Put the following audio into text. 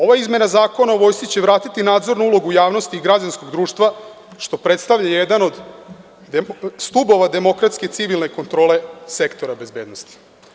Ova izmena Zakona o vojsci će vratiti nadzornu ulogu javnosti građanskog društva, što predstavlja jedan od stubova demokratske civilne kontrole sektora bezbednosti.